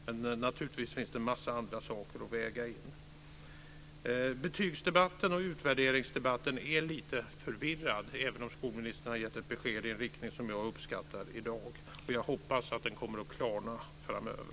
Men det finns också en massa andra saker att väga in. Betygs och utvärderingsdebatten är lite förvirrad, även om skolministern i dag har gett ett besked i en riktning som jag uppskattar. Jag hoppas att den kommer att klarna framöver.